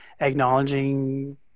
acknowledging